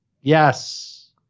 Yes